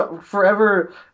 forever